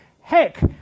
heck